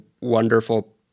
wonderful